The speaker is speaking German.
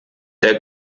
der